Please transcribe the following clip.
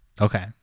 Okay